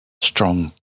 strong